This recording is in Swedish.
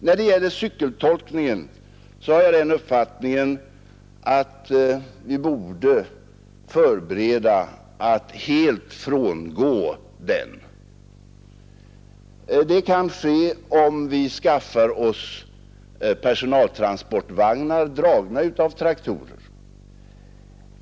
När det gäller cykeltolkningen har jag den uppfattningen att vi borde göra förberedelser för att helt frångå den. Det kan ske om vi skaffar oss personaltransportvagnar, dragna av traktorer.